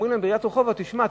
אומרים להם בעיריית רחובות: תשמע,